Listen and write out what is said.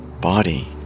body